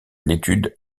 l’étude